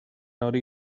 hori